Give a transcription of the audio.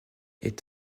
est